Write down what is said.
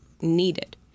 needed